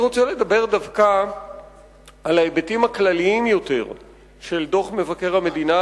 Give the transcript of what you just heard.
אני רוצה לדבר דווקא על ההיבטים הכלליים יותר של דוח מבקר המדינה